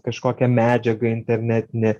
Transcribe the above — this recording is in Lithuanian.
kažkokią medžiagą internetinę